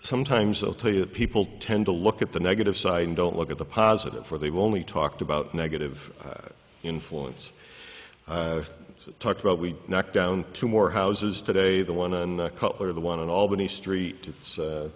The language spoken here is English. sometimes i'll tell you that people tend to look at the negative side and don't look at the positive for they've only talked about negative influence talked about we knocked down two more houses today the one and or the one in albany street it's